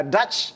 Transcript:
Dutch